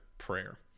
prayer